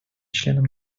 членам